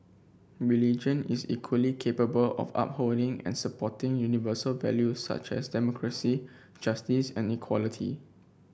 religion is equally capable of upholding and supporting universal values such as democracy justice and equality